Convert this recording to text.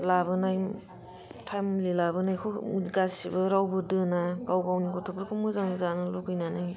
लाबोनाय थाइमलि लाबोनायखौ गासिबो रावबो दोना गाव गावनि गथ'फोरखौ मोजां जानो लुगैनानै